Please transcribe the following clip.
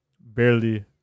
barely